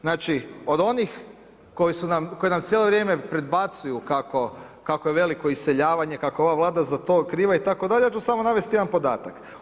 Znači od onih koji su nam, koji nam cijelo vrijeme predbacuju kako je veliko iseljavanje, kako je ova Vlada za to kriva itd., ja ću samo navesti jedan podatak.